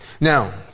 Now